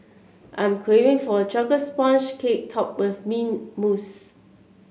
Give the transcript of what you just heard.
I'm craving for a chocolate sponge cake topped with mint mousse